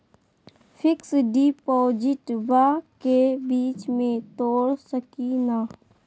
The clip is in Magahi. फिक्स डिपोजिटबा के बीच में तोड़ सकी ना?